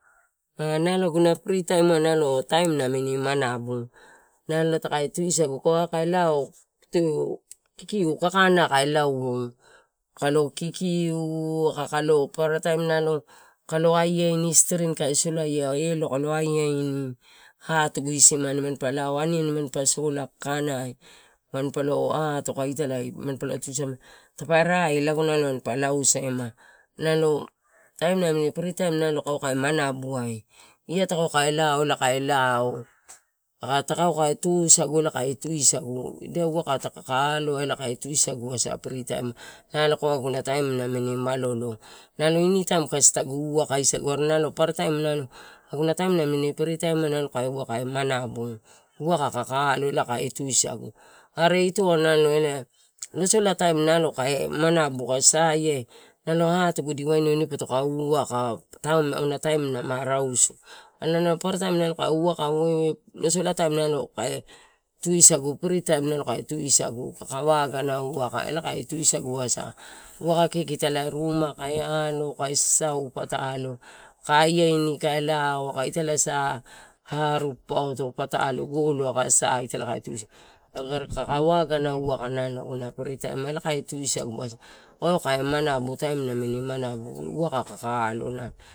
Eh nalo aguna pritaim nalo kae taim nami manabu nalo takai tusagu nalo kae aiani stirin kae solaea kalo aiaini atugu isimani aniani manpa sola kakanai manpa lo atoka ita lae manpalo tusamani, tape rai lago nalo manpa lausaima, nalo pritaim kaua kae mamnabuai ia taka kae lao kai lao, aka takai kae tusagu, ida waka ta kai aloa, elae kae tusaguasa pritaim agunataim namini malolo. Nalo initaim tagu waka sagu are nalo elae sololataim kae manabu kasi saia atugu dipa wainau ine patoko waka, auna taim ma rausu elae paparataim kae waka ua waka sololataim kae tusagu, kakae waga waka elae kae tusagu asa waka kiki ita lae rumai kae alo, nalo kae sasau, aiaini kae lao aka ita iae sa ari papauto patalo golo aka sa ita laetaka tusagu kakae wagana waka aguna pritaim ai, elae kae tusagu toasa kaua kae manabu, taim nammin manabu waka kaka aloa ela.